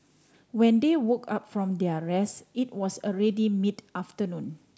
when they woke up from their rest it was already mid afternoon